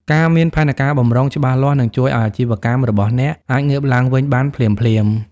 ការមាន ផែនការបម្រុង ច្បាស់លាស់ នឹងជួយឱ្យអាជីវកម្មរបស់អ្នកអាចងើបឡើងវិញបានភ្លាមៗ ។